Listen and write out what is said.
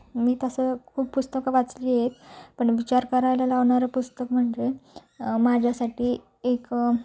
मी तसं खूप पुस्तकं वाचली आहेत पण विचार करायला लावणारं पुस्तक म्हणजे माझ्यासाठी एक